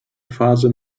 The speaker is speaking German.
phase